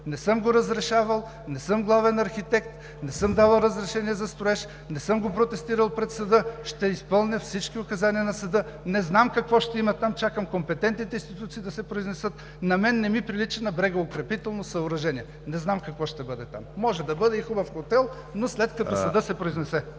не съм го разрешавал, не съм главен архитект, не съм давал разрешение за строеж, не съм го протестирал пред съда. Ще изпълня всички указания на съда. Не знам какво още има там, чакам компетентните институции да се произнесат, на мен не ми прилича на брегоукрепително съоръжение. Не знам какво ще бъде там, може да бъде и хубав хотел, но след като съдът се произнесе.